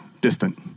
distant